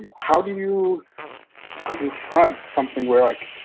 and how do you confront something where like,